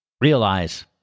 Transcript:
Realize